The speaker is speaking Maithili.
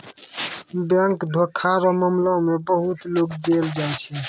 बैंक धोखा रो मामला मे बहुते लोग जेल जाय छै